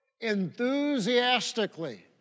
enthusiastically